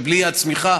ובלי הצמיחה,